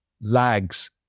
lags